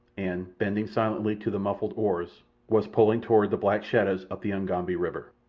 and, bending silently to the muffled oars, was pulling toward the black shadows up the ugambi river.